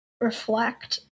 reflect